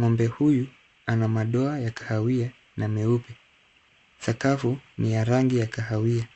Ng'ombe huyu ana madoa ya kahawia na meupe. Sakafu ni ya rangi ya kahawia.